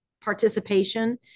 participation